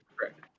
Correct